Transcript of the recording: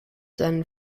seinen